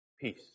peace